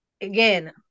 again